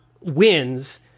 wins